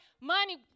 money